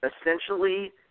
essentially